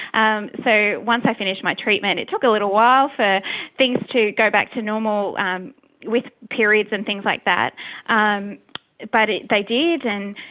and so once i finished my treatment, it took a little while for things to go back to normal with periods and things like that um but did and